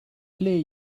play